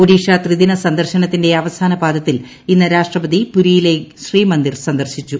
ഒഡീഷ ത്രിദിന സന്ദർശനത്തിന്റെ അവസാന പാദത്തിൽ ഇന്ന് രാഷ്ട്രപതി പുരിയിലെ ശ്രീമന്ദിർ സന്ദർശിച്ചു